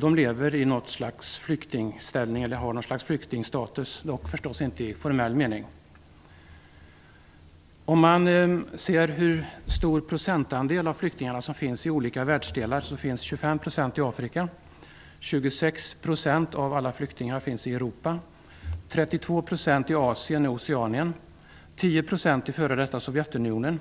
De har ett slags flyktingsstatus, dock inte i formell mening. Av flyktingarna finns 25 % i Afrika, 26 % i Europa, 32 % i Asien och Oceanien, 10 % i f.d. Sovjetunionen,